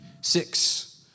Six